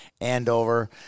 Andover